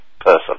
person